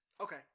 okay